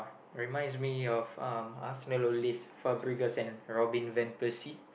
reminds me of um Arsenal oldies Fabregas and Robin-Van-Persie